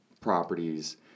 properties